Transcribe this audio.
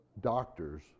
doctors